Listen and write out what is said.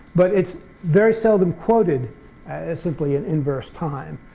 but it's very seldom quoted as simply an inverse time,